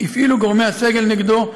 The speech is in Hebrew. הפעילו גורמי הסגל כוח נגדו,